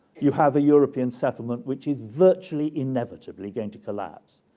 you have a european settlement which is virtually inevitably going to collapse.